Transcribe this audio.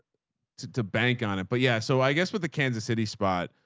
to to bank on it. but yeah. so i guess with the kansas city spot,